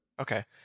Okay